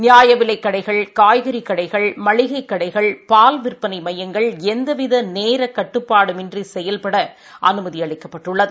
நியாயவிலைக் கடைகள் காய்கறி கடைகள் மளிகைக் கடைகள் பால் விற்பனை மையங்கள் எந்தவித நேர கட்டுப்பாடுமின்றி செயல்பட அனுமதி அளிக்கப்பட்டுள்ளது